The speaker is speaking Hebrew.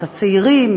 את הצעירים,